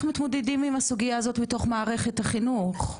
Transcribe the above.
מתמודדים עם הסוגייה הזאת מתוך מערכת החינוך?